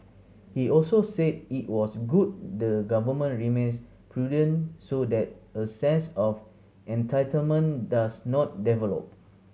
he also said it was good the Government remains prudent so that a sense of entitlement does not develop